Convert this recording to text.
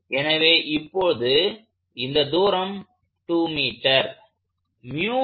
எனவே இப்போது இந்த தூரம் 2m